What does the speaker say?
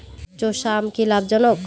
চোষা আম চাষ কি লাভজনক?